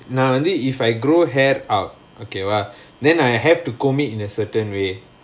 நா வந்து:naa vanthu if I grow hair out okay !wah! then I have to comb it in a certain way